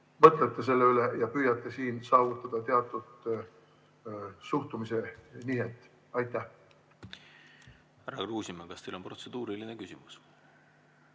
võtate selle üle ja püüate siin saavutada teatud suhtumise nihet. Härra Kruusimäe, kas teil on protseduuriline küsimus?